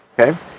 Okay